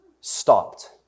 stopped